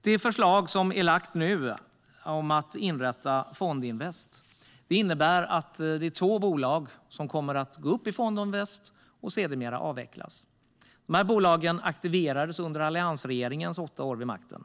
Det förslag som nu har lagts fram om att inrätta Fondinvest innebär att det är två bolag som kommer att uppgå i Fondinvest och sedermera avvecklas. De här bolagen aktiverades under alliansregeringens åtta år vid makten.